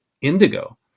Indigo